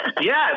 Yes